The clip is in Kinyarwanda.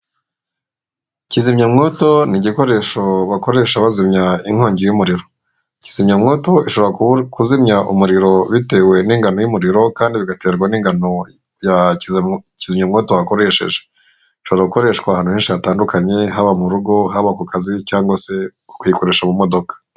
Kizimyamwoto ni igikoresho bakoresha bazimya inkongi y'umuriro. Kizimyamwoto ishobora kuzimya umuriro bitewe n'ingano y'umuriro kandi bigaterwa n'ingano yakizimyamwoto wakoresheje, bishobora gukoreshwa ahantu henshi hatandukanye haba mu rugo, haba ku kazi cyangwa se ukayikoresha mu modoka.